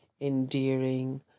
endearing